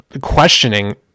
questioning